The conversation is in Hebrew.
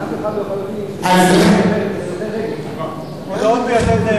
אף אחד לא אומר על הולכי רגל, ב"יתד נאמן".